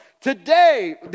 Today